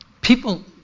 people